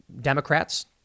Democrats